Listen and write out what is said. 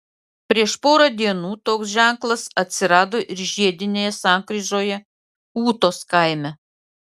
prieš porą dienų toks ženklas atsirado ir žiedinėje sankryžoje ūtos kaime